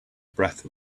breath